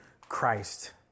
Christ